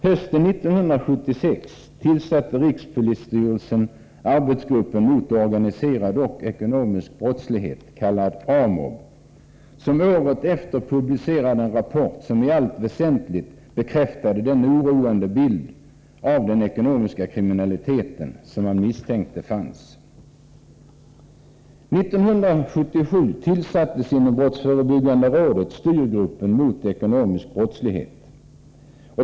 Hösten 1976 tillsatte rikspolisstyrelsen arbetsgruppen mot organiserad och ekonomisk brottslighet, kallad AMOB, som året efter publicerade en rapport som i allt väsentligt bekräftade den oroande bild av den ekonomiska kriminaliteten som man misstänkt fanns. År 1977 tillsattes inom brottsförebyggande rådet styrgruppen mot ekonomisk brottslighet.